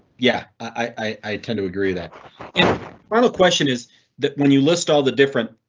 yeah, i i tend to agree that final question is that when you list all the different.